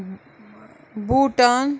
Bhutan